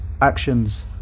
actions